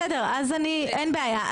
בסדר, אין בעיה.